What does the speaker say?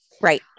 Right